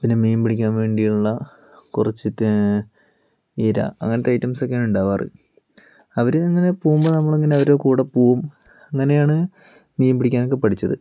പിന്നെ മീൻ പിടിക്കാൻ വേണ്ടിയുള്ള കുറച്ചു തേ ഇര അങ്ങനത്തെ ഐറ്റംസ് ഒക്കെയാണ് ഉണ്ടാവാറ് അവരെ ഇങ്ങനെ പോകുമ്പോൾ നമ്മൾ അവരെ കൂടെ പോകും അങ്ങനെയാണ് മീൻ പിടിക്കാൻ ഒക്കെ പഠിച്ചത്